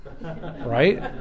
Right